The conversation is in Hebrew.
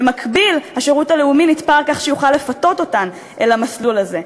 במקביל השירות הלאומי נתפר כך שיוכל לפתות אותן אל המסלול הזה.